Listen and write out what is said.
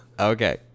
Okay